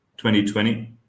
2020